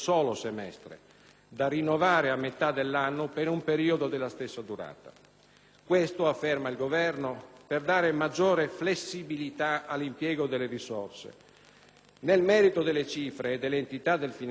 Questo afferma il Governo per dare maggiore flessibilità all'impiego delle risorse. Nel merito delle cifre e dell'entità del finanziamento, così com'è stato modificato nel corso dell'esame da parte della Camera,